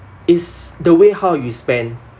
is the way how you spend